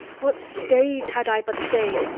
what stays had i but they?